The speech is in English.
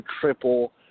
triple